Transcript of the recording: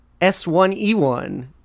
S1E1